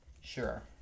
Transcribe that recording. Sure